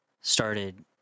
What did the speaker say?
started